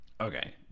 Okay